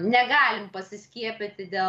negalim pasiskiepyti dėl